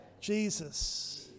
jesus